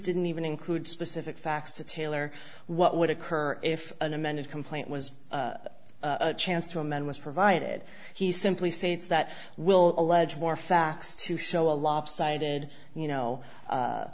didn't even include specific facts to tailor what would occur if an amended complaint was a chance to amend was provided he simply states that will allege more facts to show a lopsided you know